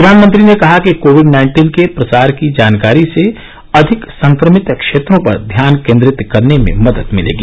प्रधानमंत्री ने कहा कि कोविड नाइन्टीन के प्रसार की जानकारी से अधिक संक्रमित क्षेत्रों पर ध्यान केन्द्रित करने में मदद मिलेगी